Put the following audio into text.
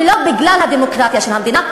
ולא בגלל הדמוקרטיה של המדינה.